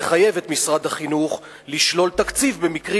תחייב את משרד החינוך לשלול תקציב במקרים